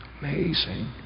Amazing